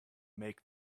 make